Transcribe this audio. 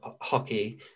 hockey